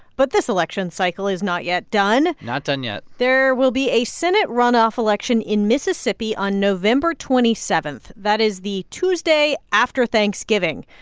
but this election cycle is not yet done not done yet there will be a senate runoff election in mississippi on november twenty seven that is the tuesday after thanksgiving.